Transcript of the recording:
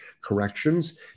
corrections